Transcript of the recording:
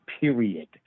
period